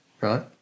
right